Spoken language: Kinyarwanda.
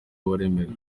waremewe